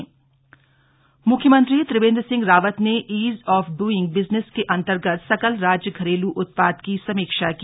मुख्यमंत्री बैठक मुख्यमंत्री त्रिवेन्द्र सिंह रावत ने ईज़ ऑफ डुइंग बिज़नेस के अंतर्गत सकल राज्य घरेलु उत्पाद की समीक्षा की